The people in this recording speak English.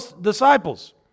disciples